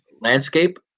landscape